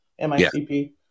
MICP